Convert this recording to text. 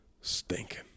Stinking